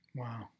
wow